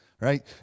right